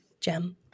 Gem